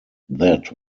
that